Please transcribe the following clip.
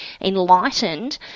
enlightened